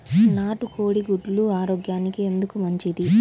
నాటు కోడి గుడ్లు ఆరోగ్యానికి ఎందుకు మంచిది?